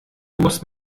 muss